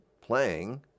playing